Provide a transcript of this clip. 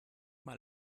mal